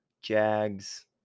Jags